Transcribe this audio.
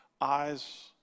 eyes